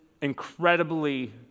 incredibly